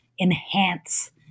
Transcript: Enhance